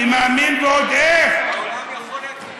אתה מאמין למה שאתה אומר?